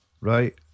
Right